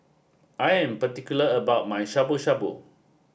I am particular about my Shabu Shabu